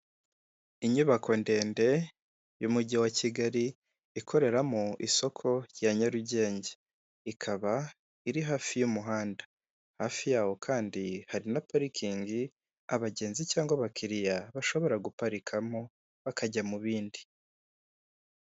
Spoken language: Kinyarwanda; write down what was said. Inyubako ndende y'umujyi wa Kigali ikoreramo isoko rya Nyarugenge. Ikaba iri hafi y'umuhanda. Hafi yawo kandi hari na parikingi, abagenzi cyangwa abakiriya bashobora guparikamo bakajya mu bindi.